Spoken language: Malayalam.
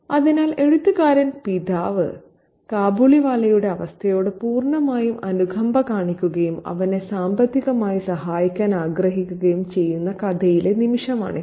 അതിനാൽ എഴുത്തുകാരൻ പിതാവ് കാബൂളിവാലയുടെ അവസ്ഥയോട് പൂർണ്ണമായും അനുകമ്പ കാണിക്കുകയും അവനെ സാമ്പത്തികമായി സഹായിക്കാൻ ആഗ്രഹിക്കുകയും ചെയ്യുന്ന കഥയിലെ നിമിഷമാണിത്